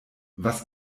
was